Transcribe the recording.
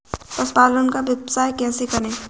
पशुपालन का व्यवसाय कैसे करें?